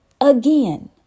Again